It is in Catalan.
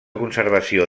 conservació